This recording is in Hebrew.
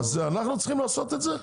אנחנו צריכים לעשות את זה?